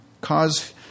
cause